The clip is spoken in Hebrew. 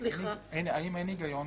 האם אין היגיון